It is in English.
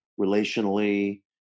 relationally